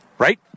Right